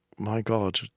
my god.